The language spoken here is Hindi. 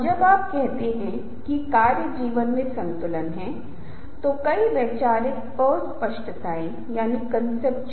अब जाहिर है मैं भारत में बनी हर चीज के प्रति एक खास तरह की भावनाएं रखता हूं और शायद दिन के अंत में मैं उन उत्पादों को खरीदूंगा जो बहुराष्ट्रीय कंपनियों के बजाय भारतीय कंपनियों की हैं